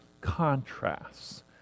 contrasts